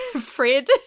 Fred